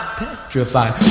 petrified